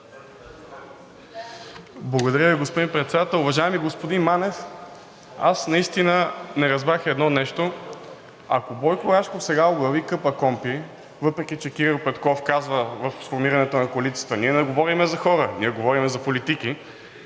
Благодаря Ви, господин Председател. Уважаеми господин Манев, аз наистина не разбрах едно нещо – ако Бойко Рашков сега оглави КПКОНПИ, въпреки че Кирил Петков казва в сформирането на Коалицията: „Ние не говорим за хора, ние говорим за политики“,